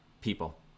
people